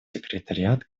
секретариат